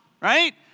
right